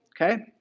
okay